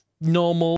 normal